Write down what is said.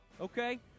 Okay